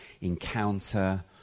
encounter